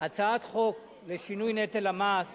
הצעת חוק לשינוי נטל המס